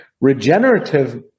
regenerative